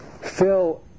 Phil